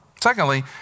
Secondly